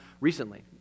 recently